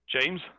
James